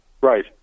Right